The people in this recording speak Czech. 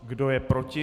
Kdo je proti?